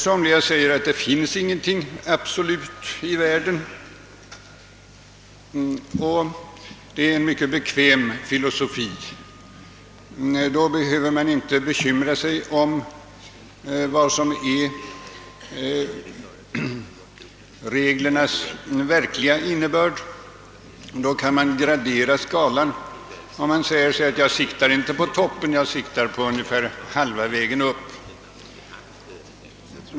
Somliga säger att det inte finns någonting absolut i världen, och det är en mycket bekväm filosofi. Då behöver man inte bekymra sig om vad som är reglernas verkliga innebörd, då kan man gradera skalan och säga sig: Jag siktar inte på att nå toppen, jag siktar på att komma ungefär halvvägs upp.